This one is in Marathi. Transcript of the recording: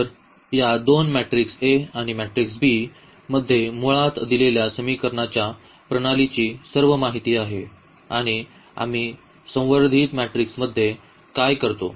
तर या दोन मॅट्रिक्स A आणि मॅट्रिक्स b मध्ये मुळात दिलेल्या समीकरणांच्या प्रणालीची सर्व माहिती असते आणि आम्ही संवर्धित मॅट्रिक्समध्ये काय करतो